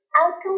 outcome